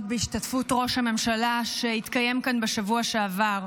בהשתתפות ראש הממשלה שהתקיים כאן בשבוע שעבר.